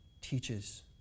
teaches